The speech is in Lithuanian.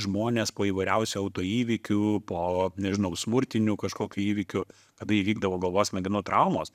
žmonės po įvairiausių autoįvykių po nežinau smurtinių kažkokių įvykių kada įvykdavo galvos smegenų traumos